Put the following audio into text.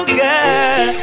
girl